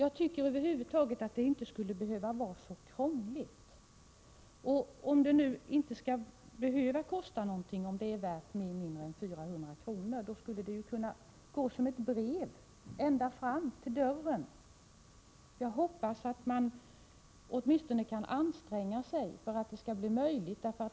Jag tycker över huvud taget inte att det skall vara så krångligt. Om det inte skall behöva kosta någonting, i det fall då gåvan är värd mindre än 400 kr., då skulle ju försändelsen ha kunnat gå som brev ända fram till dörren. Jag hoppas att någon myndighet åtminstone kan anstränga sig för att förenklingar skall bli möjliga.